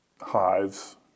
hives